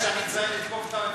ואנחנו אופוזיציה לוחמת.